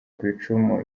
kwicumu